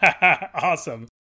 Awesome